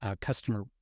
customer